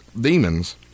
demons